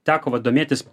teko va domėtis